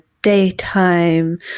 Daytime